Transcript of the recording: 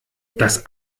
das